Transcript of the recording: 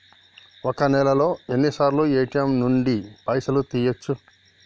ఒక్క నెలలో ఎన్నిసార్లు ఏ.టి.ఎమ్ నుండి పైసలు తీయచ్చు?